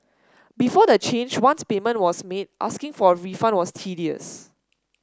before the change once payment was made asking for a refund was tedious